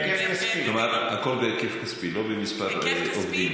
כלומר, הכול בהיקף כספי, לא במספר עובדים.